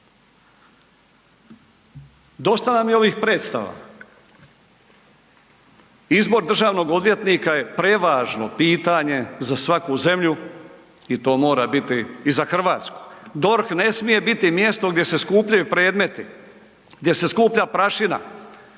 Dosta nam je ovih predstava, izbor državnog odvjetnika je prevažno pitanje za svaku zemlju i to mora biti i za Hrvatsku. DORH ne smije biti mjesto gdje se skupljaju predmeti, gdje se skuplja prašina.